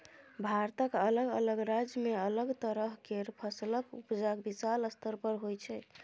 भारतक अलग अलग राज्य में अलग तरह केर फसलक उपजा विशाल स्तर पर होइ छै